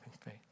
faith